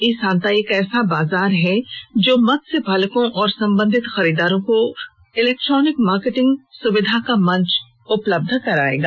ई Santa एक ऐसा बाजार है जो मत्स्य पालको और संबंधित खरीददारों को इलेक्ट्रॉनिक मार्केटिंग सुविधा का मंच उपलब्ध करायेगा